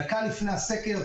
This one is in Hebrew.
דקה לפני הסגר,